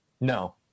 No